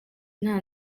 nta